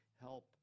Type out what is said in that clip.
help